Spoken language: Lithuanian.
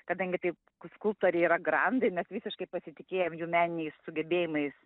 kadangi taip skulptoriai yra grandai mes visiškai pasitikėjom jų meniniais sugebėjimais